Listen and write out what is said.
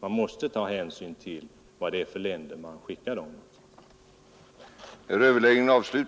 Man måste ta hänsyn till vad det är för länder man skickar dem till på